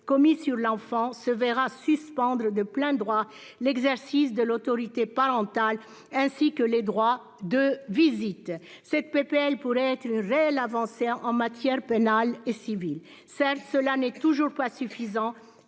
commis sur l'enfant se verra suspendre de plein droit l'exercice de l'autorité parentale, ainsi que les droits de visite. Cette proposition de loi pourrait être une réelle avancée en matière pénale et civile. Certes, cela n'est toujours pas suffisant